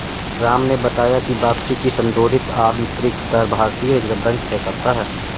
राम ने बताया की वापसी की संशोधित आंतरिक दर भारतीय रिजर्व बैंक तय करता है